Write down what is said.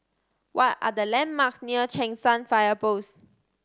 what are the landmarks near Cheng San Fire Post